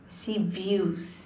see views